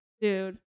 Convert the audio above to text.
dude